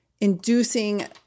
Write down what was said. inducing